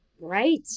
Right